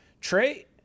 trey